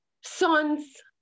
sons